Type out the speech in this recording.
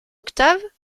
octave